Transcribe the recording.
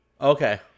Okay